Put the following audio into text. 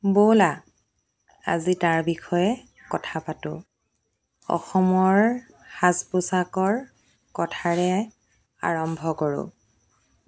ব'লা আজি তাৰ বিষয়ে কথা পাতোঁ অসমৰ সাজ পোছাকৰ কথাৰে আৰম্ভ কৰোঁ